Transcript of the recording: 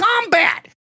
combat